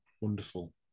wonderful